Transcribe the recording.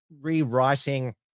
rewriting